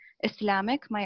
Islamic